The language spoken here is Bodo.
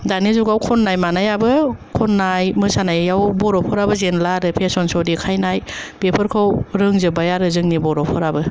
दानि जुगाव खननाय मानायाबो खननाय मोसानायाव बर'फोराबो जेनला आरो फेशन स' देखायनाय बेफोरखौ रोंजोबबाय आरो जोंनि बर'फोराबो